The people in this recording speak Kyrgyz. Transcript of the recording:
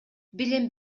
билим